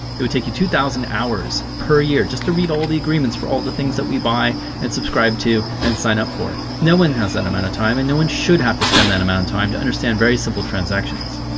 it would take you two thousand hours per year just to read all the agreements for all the things that we buy and subscribe to and sign up for. no one has that amount of time and no one should have to spend that amount of time to understand very simple transactions.